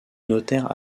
notaire